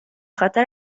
خاطر